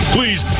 Please